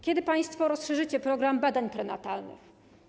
Kiedy państwo rozszerzycie program badań prenatalnych?